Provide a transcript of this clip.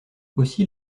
aussi